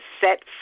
set